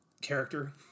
character